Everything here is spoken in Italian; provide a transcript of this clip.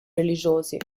religiosi